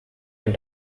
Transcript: and